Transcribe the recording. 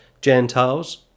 Gentiles